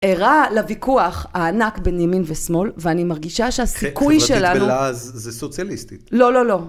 ערה לוויכוח הענק בין ימין ושמאל, ואני מרגישה שהסיכוי שלנו... חברתית בלעז זה סוציאליסטית. לא, לא, לא.